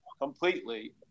completely